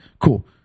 Cool